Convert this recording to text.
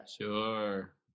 Sure